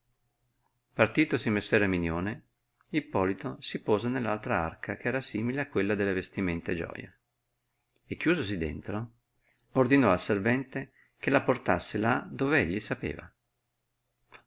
nostra partitosi messer erminione ippolito si pose nell'altra arca che era simile a quella delle vestimenta e gioie e chiusosi dentro ordinò al servente che la portasse là dove egli sapeva